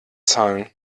zahlen